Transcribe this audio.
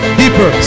deeper